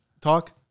talk